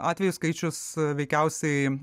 atvejų skaičius veikiausiai